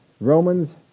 Romans